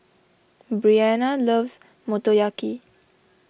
Breanna loves Motoyaki